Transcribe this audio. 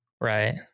Right